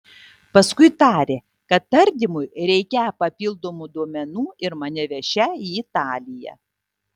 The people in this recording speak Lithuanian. paskui tarė kad tardymui reikią papildomų duomenų ir mane vešią į italiją